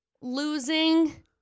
losing